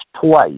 twice